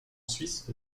suisse